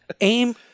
Aim